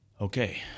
Okay